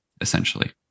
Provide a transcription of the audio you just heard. essentially